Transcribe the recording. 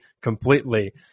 completely